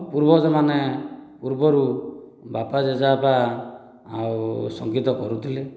ପୂର୍ବଜ ମାନେ ପୂର୍ବରୁ ବାପା ଜେଜେବାପା ଆଉ ସଙ୍ଗୀତ କରୁଥିଲେ